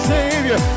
Savior